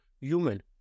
human